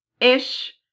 ish